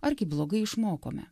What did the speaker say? argi blogai išmokome